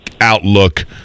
outlook